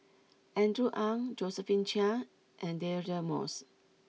Andrew Ang Josephine Chia and Deirdre Moss